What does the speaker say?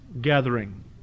gathering